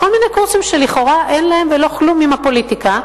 בכל מיני קורסים שלכאורה אין להם ולא כלום עם הפוליטיקה.